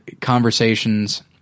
conversations –